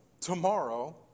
tomorrow